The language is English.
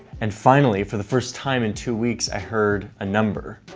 and finally for the first time in two weeks, i heard a number.